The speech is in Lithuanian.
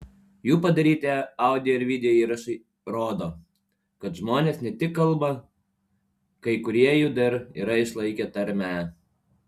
jų padaryti audio ir video įrašai rodo kad žmonės ne tik kalba kai kurie jų dar yra išlaikę tarmę